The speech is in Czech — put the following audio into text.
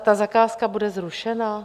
Ta zakázka bude zrušena?